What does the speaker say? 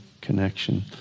connection